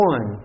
One